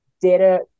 data